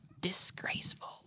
Disgraceful